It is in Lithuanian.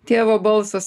tėvo balsas